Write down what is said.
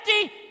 empty